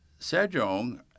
Sejong